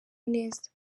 neza